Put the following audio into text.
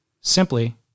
Simply